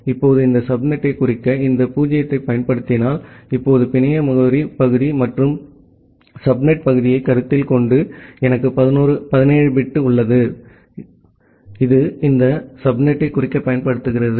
இப்போது இந்த சப்நெட்டைக் குறிக்க இந்த 0 ஐப் பயன்படுத்தினால் இப்போது பிணைய முகவரி பகுதி மற்றும் சப்நெட் பகுதியைக் கருத்தில் கொண்டு எனக்கு 17 பிட் உள்ளது இது இந்த சப்நெட்டைக் குறிக்கப் பயன்படுத்தப்படுகிறது